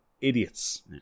idiots